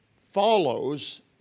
follows